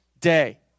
day